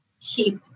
keep